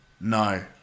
No